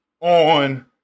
on